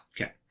Okay